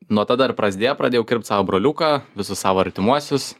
nuo tada ir prasidėjo pradėjau kirpt savo broliuką visus savo artimuosius